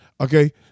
Okay